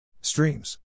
Streams